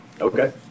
Okay